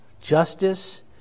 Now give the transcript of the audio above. justice